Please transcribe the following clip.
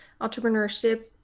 entrepreneurship